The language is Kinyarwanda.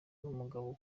numugabo